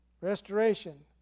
Restoration